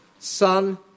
Son